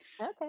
Okay